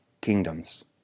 kingdoms